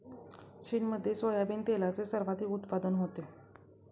चीनमध्ये सोयाबीन तेलाचे सर्वाधिक उत्पादन होते